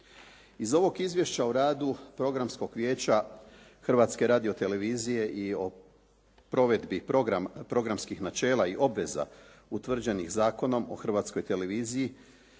Iz ovog izvješća o radu Programskog vijeća Hrvatske radiotelevizije i o provedbi programskih načela i obveza, utvrđenih Zakonom o Hrvatskoj televiziji